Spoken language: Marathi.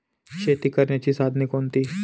शेती करण्याची साधने कोणती?